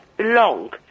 long